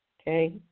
Okay